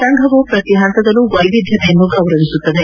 ಸಂಘವು ಪ್ರತಿ ಹಂತದಲ್ಲೂ ವೈವಿಧ್ಯತೆಯನ್ನು ಗೌರವಿಸುತ್ತದೆ